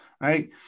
right